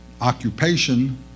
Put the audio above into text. occupation